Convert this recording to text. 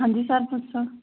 ਹਾਂਜੀ ਸਰ ਪੁੱਛੋ